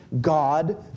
God